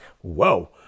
Whoa